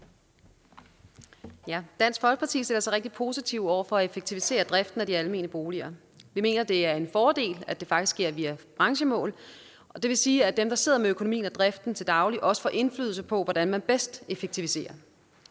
Dansk Folkeparti stiller sig rigtig positivt over for at effektivisere driften af de almene boliger. Vi mener, det er en fordel, at det faktisk sker via branchemål. Det vil sige, at dem, der sidder med økonomien og driften til daglig, også får indflydelse på, hvordan man bedst effektiviserer.